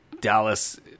Dallas